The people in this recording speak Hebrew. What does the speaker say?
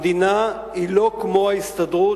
המדינה היא לא כמו ההסתדרות,